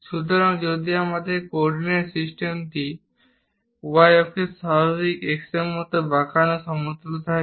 সুতরাং যদি আমাদের কোঅডিনেট সিস্টেমটি y অক্ষের স্বাভাবিক x অক্ষের মতো বাঁকানো সমতলে থাকে